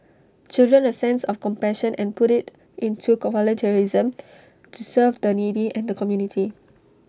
children A sense of compassion and put IT into volunteerism to serve the needy and the community